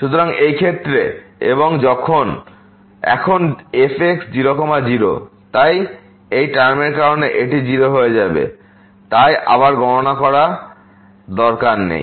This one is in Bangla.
সুতরাং এই ক্ষেত্রে এবং এখন fx00 তাই এই টার্মের কারণে এটি 0 হয়ে যাবে তাই আবার গণনা করার দরকার নেই